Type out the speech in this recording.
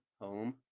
home